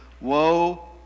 Woe